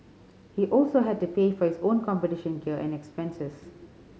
he also had to pay for his own competition gear and expenses